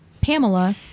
Pamela